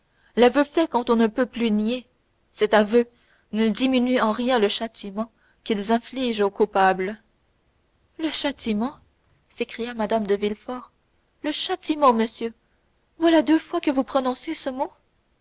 l'aveu fait quand on ne peut plus nier cet aveu ne diminue en rien le châtiment qu'ils infligent au coupable le châtiment s'écria mme de villefort le châtiment monsieur voilà deux fois que vous prononcez ce mot